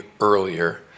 earlier